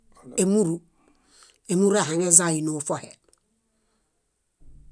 Émuru, émuru ehaŋeza ínoo fohe.